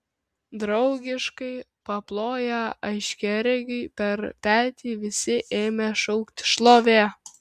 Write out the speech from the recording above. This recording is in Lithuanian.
draugiškai paploję aiškiaregiui per petį visi ėmė šaukti šlovė